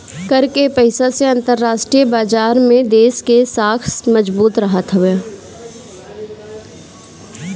कर के पईसा से अंतरराष्ट्रीय बाजार में देस के साख मजबूत रहत हवे